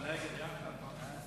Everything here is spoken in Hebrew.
ההצעה להעביר את הנושא